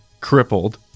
Crippled